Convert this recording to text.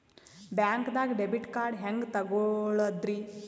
ಬ್ಯಾಂಕ್ದಾಗ debit card ಹೆಂಗ್ ತಗೊಳದ್ರಿ?